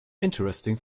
interesting